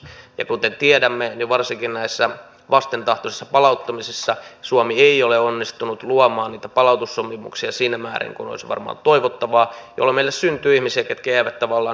ja kuten tiedämme niin varsinkin näissä vastentahtoisissa palauttamisissa suomi ei ole onnistunut luomaan niitä palautussopimuksia siinä määrin kuin olisi varmaan toivottavaa jolloin meille syntyy ihmisiä ketkä jäävät tavallaan välitilaan